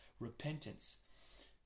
repentance